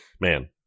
man